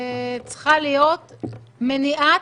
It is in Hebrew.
ממומנת.